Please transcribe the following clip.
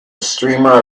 streamer